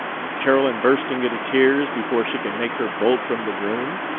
and carolyn bursting into tears before she can make her bolt from the room,